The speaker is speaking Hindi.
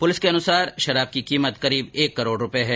पुलिस के अनुसार शराब की कीमत करीब एक करोड़ रूपये है